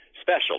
special